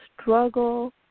struggle